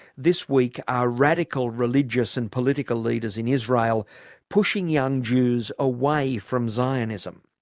this week, are radical religious and political leaders in israel pushing young jews away from zionism?